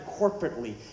corporately